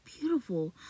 beautiful